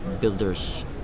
builders